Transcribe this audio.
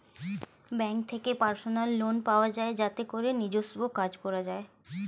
bank থেকে personal loan পাওয়া যায় যাতে করে নিজস্ব কাজ করা যায়